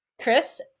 Chris